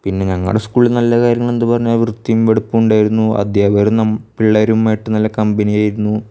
പിന്നെ ഞങ്ങളുടെ സ്കൂളില് നല്ല കാര്യങ്ങളെന്തെന്ന് പറഞ്ഞാൽ വൃത്തിയും വെടിപ്പും ഉണ്ടായിരുന്നു അധ്യാപകരും നം പിള്ളേരും ആയിട്ട് നല്ല കമ്പനിയായിരുന്നു